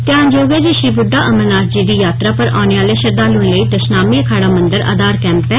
ध्यानयोग ऐ जे श्री बुड्डा अमरनाथ जी दी यात्रा पर औने आले श्रद्दालुएं लेई दशनामी अखाड़ा मंदर आघार कैंप ऐ